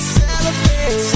celebrate